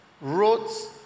roads